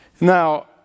Now